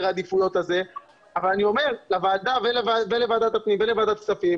העדיפויות הזה אבל אני אומר לוועדת הפנים ולוועדת הכספים